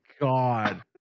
God